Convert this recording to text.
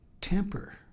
temper